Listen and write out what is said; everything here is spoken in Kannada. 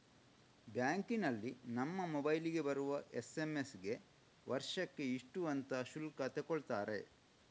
ಬ್ಯಾಂಕಿನಲ್ಲಿ ನಮ್ಮ ಮೊಬೈಲಿಗೆ ಬರುವ ಎಸ್.ಎಂ.ಎಸ್ ಗೆ ವರ್ಷಕ್ಕೆ ಇಷ್ಟು ಅಂತ ಶುಲ್ಕ ತಗೊಳ್ತಾರೆ